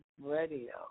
radio